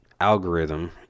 algorithm